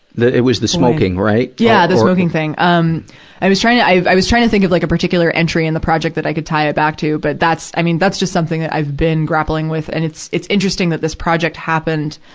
it was the smoking, right? yeah, the smoking thing. um i was trying to, i, i was trying to think of, like, a particular entry in the project that i could tie it back to. but that's, i mean, that's just something that i've been grappling with. and it's, it's interesting that this project happened,